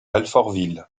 alfortville